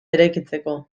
eraikitzeko